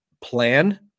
plan